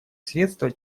средства